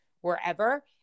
wherever